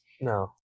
No